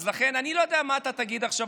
אני לא יודע מה אתה תגיד עכשיו,